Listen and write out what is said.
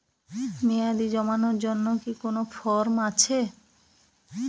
মেয়াদী জমানোর জন্য কি কোন ফর্ম আছে?